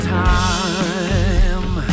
time